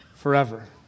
forever